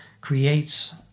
creates